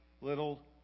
little